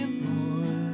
more